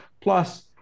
plus